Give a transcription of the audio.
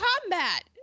combat